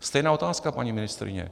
Stejná otázka, paní ministryně.